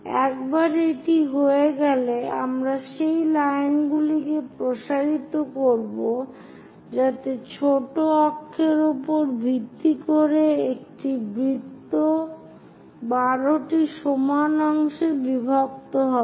একবার এটি হয়ে গেলে আমরা সেই লাইনগুলি প্রসারিত করব যাতে ছোট অক্ষের উপর ভিত্তি করে বৃত্তটি 12 টি সমান অংশে বিভক্ত হবে